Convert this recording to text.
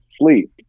sleep